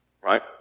Right